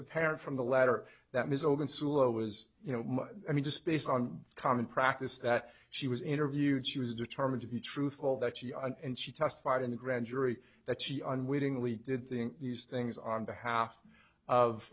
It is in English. apparent from the letter that ms ogun sula was you know i mean just based on common practice that she was interviewed she was determined to be truthful that she and she testified in the grand jury that she unwittingly did these things on behalf of